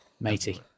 Matey